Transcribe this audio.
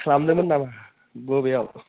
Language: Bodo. खालामदोंमोन नामा बबेयाव